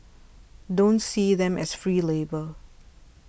don't see them as free labour